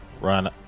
run